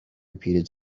repeated